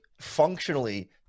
functionally